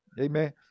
amen